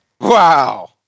wow